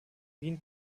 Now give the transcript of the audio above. wien